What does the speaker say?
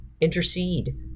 intercede